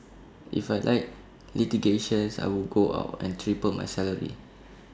if I liked litigations I would go out and triple my salary